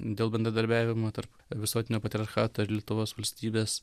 dėl bendradarbiavimo tarp visuotinio patriarchato ir lietuvos valstybės